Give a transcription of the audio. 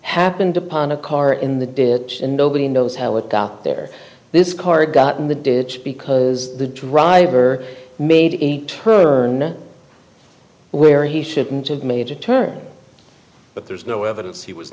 happened upon a car in the ditch and nobody knows how it out there this car got in the ditch because the driver made a turn where he shouldn't have made a turn but there's no evidence he was